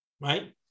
right